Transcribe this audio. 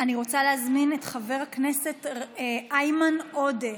אני רוצה להזמין את חבר הכנסת איימן עודה.